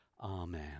Amen